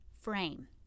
frame